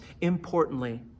importantly